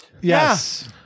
Yes